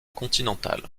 continental